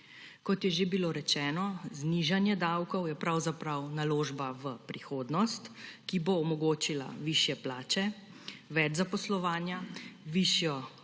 Kot je že bilo rečeno, znižanje davkov je pravzaprav naložba v prihodnost, ki bo omogočila višje plače, več zaposlovanja, višjo